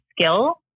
skill